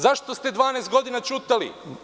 Zašto ste 12 godina ćutali?